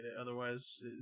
Otherwise